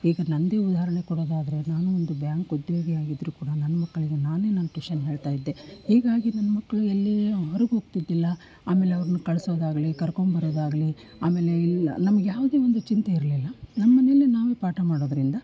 ಈಗ ನನ್ನದೇ ಉದಾಹರಣೆ ಕೊಡೋದಾದರೆ ನಾನು ಒಂದು ಬ್ಯಾಂಕ್ ಉದ್ಯೋಗಿ ಆಗಿದ್ದರೂ ಕೂಡ ನನ್ನ ಮಕ್ಕಳಿಗೆ ನಾನೇ ನಾನು ಟ್ಯೂಷನ್ ಹೇಳ್ತಾ ಇದ್ದೆ ಹೀಗಾಗಿ ನನ್ನ ಮಕ್ಕಳು ಎಲ್ಲಿಯೂ ಹೊರಗೆ ಹೋಗ್ತಿದ್ದಿಲ್ಲ ಆಮೇಲೆ ಅವ್ರ್ನ ಕಳಿಸೋದಾಗ್ಲಿ ಕರ್ಕೊಂಡ್ ಬರೋದಾಗಲಿ ಆಮೇಲೆ ನಮ್ಗೆ ಯಾವುದೇ ಒಂದು ಚಿಂತೆ ಇರಲಿಲ್ಲ ನಮ್ಮ ಮನೆಲ್ಲಿ ನಾವೇ ಪಾಠ ಮಾಡೋದರಿಂದ